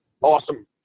Awesome